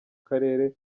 karere